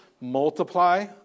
multiply